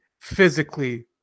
physically